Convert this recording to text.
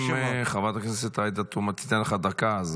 אם חברת הכנסת עאידה תומא תיתן לך דקה.